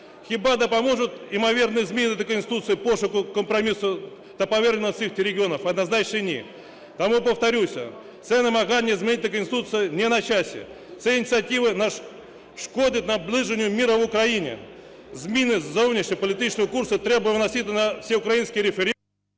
Хіба допоможуть ймовірні зміни до Конституції пошуку компромісу та повернення цих регіонів? Однозначно ні. Тому, повторюся, це намагання змінити Конституцію не на часі. Ця ініціатива нашкодить наближенню миру в Україні. Зміни зовнішньополітичного курсу треба виносити на всеукраїнський референдум…